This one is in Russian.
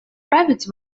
править